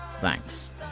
Thanks